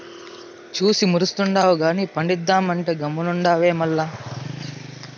చూసి మురుస్తుండావు గానీ పండిద్దామంటే గమ్మునుండావే మల్ల